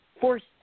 forced